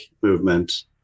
movement